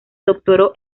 doctoró